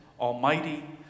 almighty